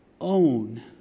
own